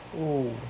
oh